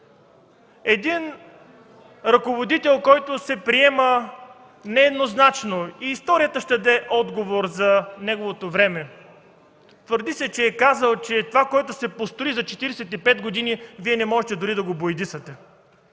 Един ръководител, който се приема нееднозначно, историята ще даде отговор за неговото време, се твърди, че е казал, че това, което се построи за 45 години, Вие не можете дори да го боядисате.